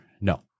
no